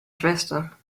schwester